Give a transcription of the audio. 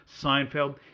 Seinfeld